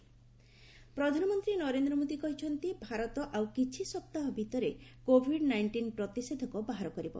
PM all party meeting ପ୍ରଧାନମନ୍ତ୍ରୀ ନରେନ୍ଦ୍ର ମୋଦୀ କହିଛନ୍ତି ଭାରତ ଆଉ କିଛି ସପ୍ତାହ ଭିତରେ କୋବିଡ୍ ନାଇଷ୍ଟିନ୍ ପ୍ରତିଷେଧକ ବାହାର କରିବ